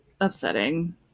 upsetting